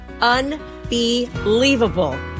Unbelievable